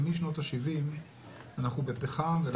ומשנות ה-70 אנחנו בפחם.